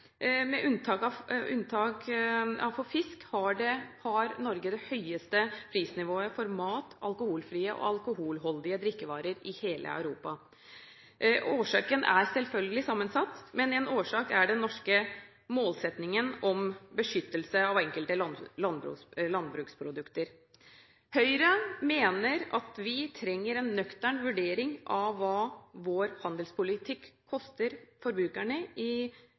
med unntak av fisk – det høyeste prisnivået på mat og alkoholfrie og alkoholholdige drikkevarer i hele Europa. Årsaken er selvfølgelig sammensatt, men en årsak er den norske målsettingen om beskyttelse av enkelte landbruksprodukter. Høyre mener at vi trenger en nøktern vurdering av hva vår handelspolitikk koster forbrukerne i